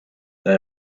they